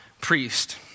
priest